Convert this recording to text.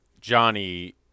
Johnny